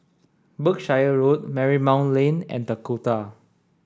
Berkshire Road Marymount Lane and Dakota